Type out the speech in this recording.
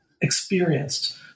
experienced